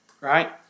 right